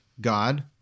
God